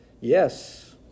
Yes